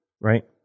Right